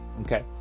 okay